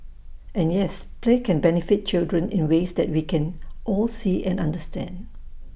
and yes play can benefit children in ways that we can all see and understand